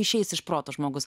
išeis iš proto žmogus